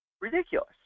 ridiculous